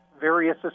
various